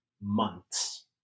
months